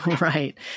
right